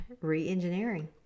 re-engineering